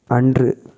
அன்று